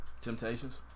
Temptations